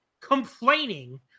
complaining